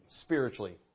Spiritually